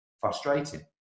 frustrating